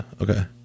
okay